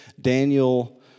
Daniel